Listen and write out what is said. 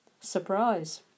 Surprise